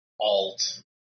alt